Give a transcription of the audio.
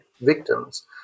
victims